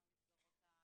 גם ממסגרות הקידום.